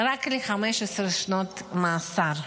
ל-15 שנות מאסר.